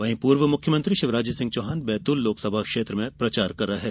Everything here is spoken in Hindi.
वहीं पूर्व मुख्यमंत्री शिवराज सिंह चौहान बैतूल लोकसभा क्षेत्र में प्रचार कर रहे है